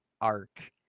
arc